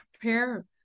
prepare